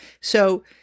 So-